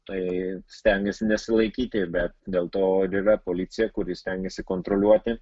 tai stengiasi nesilaikyti bet dėl to ir yra policija kuri stengiasi kontroliuoti